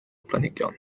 planhigion